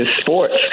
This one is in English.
sports